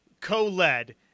co-led